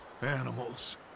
Animals